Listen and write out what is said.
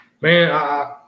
Man